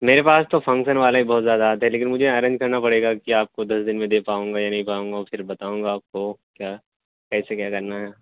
میرے پاس تو فنکشن والے بہت زیادہ آتے ہیں لیکن مجھے ارینج کرنا پڑے گا کہ آپ کو دس دن میں دے پاؤں گا یا نہیں پاؤں گا پھر بتاؤں گا آپ کو کیا کیسے کیا کرنا ہیں